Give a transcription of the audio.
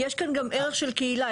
יש כאן גם ערך של קהילה.